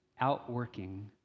outworking